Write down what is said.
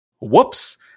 Whoops